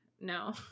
no